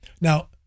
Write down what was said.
Now